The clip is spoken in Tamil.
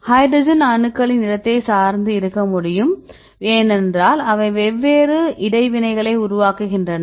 ஹைட்ரஜன் அணுக்களின் இடத்தைப் சார்ந்து இருக்க முடியும் ஏனென்றால் அவை வெவ்வேறு இடைவினைகளை உருவாக்குகின்றன